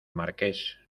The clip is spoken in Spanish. marqués